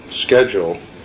schedule